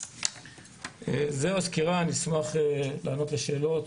זאת הסקירה, נשמח לענות לשאלות.